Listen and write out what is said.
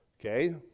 Okay